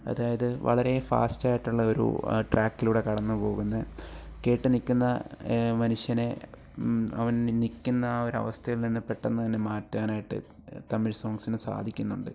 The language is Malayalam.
അതായത് വളരെ ഫാസ്റ്റായിട്ടുള്ള ഒരു ട്രാക്കിലൂടെ കടന്നുപോകുന്ന കേട്ട് നിൽക്കുന്ന മനുഷ്യന് അവൻ നിൽക്കുന്ന ആ ഒരവസ്ഥയിൽ നിന്ന് പെട്ടന്ന് തന്നെ മാറ്റാനായിട്ട് തമിഴ് സോങ്സിന് സാധിക്കുന്നുണ്ട്